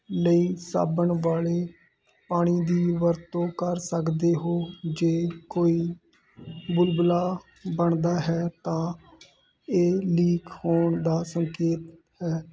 ਲਈ ਸਾਬਣ ਵਾਲੇ ਪਾਣੀ ਦੀ ਵਰਤੋਂ ਕਰ ਸਕਦੇ ਹੋ ਜੇ ਕੋਈ ਬੁਲਬੁਲਾ ਬਣਦਾ ਹੈ ਤਾਂ ਇਹ ਲੀਕ ਹੋਣ ਦਾ ਸੰਕੇਤ ਹੈ